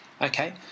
Okay